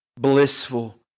blissful